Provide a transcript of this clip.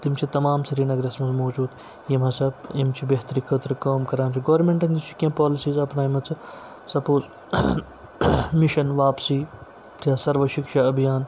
تِم چھِ تمام سرینَگرَس منٛز موٗجوٗد یِم ہَسا یِم چھِ بہتری خٲطرٕ کٲم کَران چھِ گورمنٹَن نِش چھِ کیٚنٛہہ پالِسیٖز اَپناے مَژٕ سَپوز مِشَن واپسی یا سرو شِکشا أبھیان